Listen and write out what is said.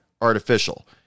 artificial